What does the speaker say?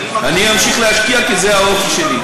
אני אמשיך להשקיע, כי זה האופי שלי.